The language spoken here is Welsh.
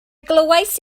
glywais